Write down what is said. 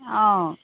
অঁ